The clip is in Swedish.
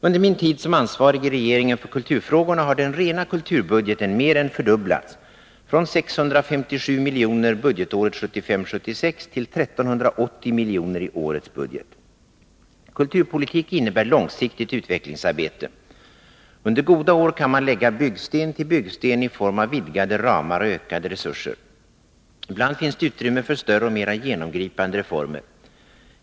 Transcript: Under min tid som ansvarig i regeringen för kulturfrågorna har den rena kulturbudgeten mer än fördubblats, från 657 milj.kr. budgetåret 1975/76 till 1380 milj.kr. i årets budget. Kulturpolitiken innebär långsiktigt utvecklingsarbete. Under goda år kan man lägga byggsten till byggsten i form av vidgade ramar och ökade resurser. Ibland finns det utrymme för större och mer genomgripande reformer.